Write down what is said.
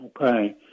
Okay